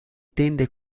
tende